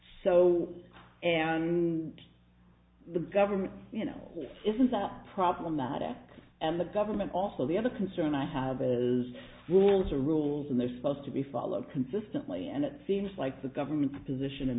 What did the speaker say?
so and the government you know isn't a problematic and the government also the other concern i have is rules are rules and they're supposed to be followed consistently and it seems like the government's position in